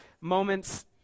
moments